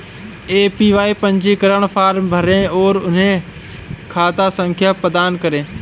APY form फॉर्म भरें और उन्हें खाता संख्या प्रदान करें